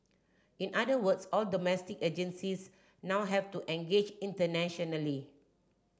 in other words all domestic agencies now have to engage internationally